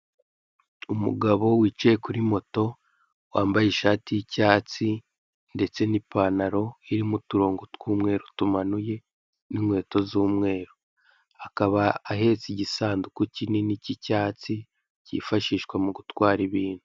Umugabo wicaye kuri moto, wambaye ishati y'icyatsi ndetse n'ipantaro irimo uturongo tw'umweru tumanuye n'inkweto z'umweru. Akaba ahetse igisanduku kinini cy'icyatsi cyifashishwa mu gutwara ibintu.